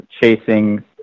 chasing